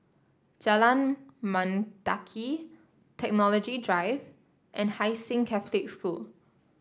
Jalan Mendaki Technology Drive and Hai Sing Catholic School